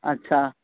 اچھا